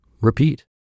repeat